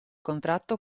contratto